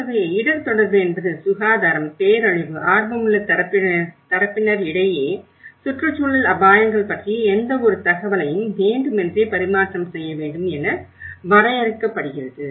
ஆகவே இடர் தொடர்பு என்பது சுகாதாரம் பேரழிவு ஆர்வமுள்ள தரப்பினரிடையே சுற்றுச்சூழல் அபாயங்கள் பற்றிய எந்தவொரு தகவலையும் வேண்டுமென்றே பரிமாற்றம் செய்ய வேண்டும் என வரையறுக்கப்படுகிறது